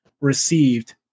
received